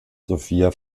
sophia